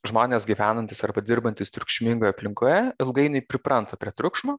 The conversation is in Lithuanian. žmonės gyvenantys arba dirbantys triukšmingoje aplinkoje ilgainiui pripranta prie triukšmo